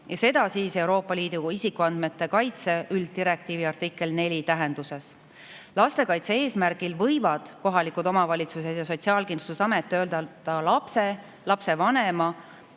ja seda siis Euroopa Liidu isikuandmete kaitse üld[määruse] artikkel 4 tähenduses. Lastekaitse eesmärgil võivad kohalikud omavalitsused ja Sotsiaalkindlustusamet töödelda lapse, lapsevanema